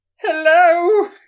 Hello